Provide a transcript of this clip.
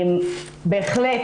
בהחלט,